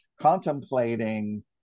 contemplating